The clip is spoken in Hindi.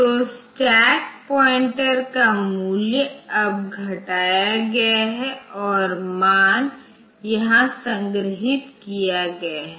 तो स्टैक पॉइंटर का मूल्य अब घटाया गया है और मान यहां संग्रहीत किया गया है